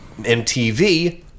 MTV